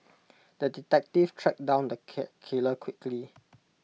the detective tracked down the cat killer quickly